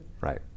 Right